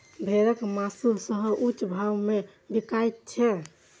भेड़क मासु सेहो ऊंच भाव मे बिकाइत छै